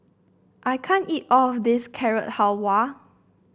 I can't eat all of this Carrot Halwa